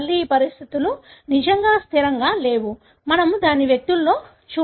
మళ్ళీ ఈ పరిస్థితులు నిజంగా స్థిరంగా లేవు మేము దానిని వ్యక్తులలో చూడము